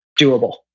doable